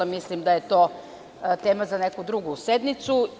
Mislim da je to tema za neku drugu sednicu.